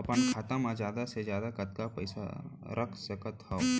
अपन खाता मा जादा से जादा कतका पइसा रख सकत हव?